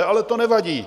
Ale to nevadí!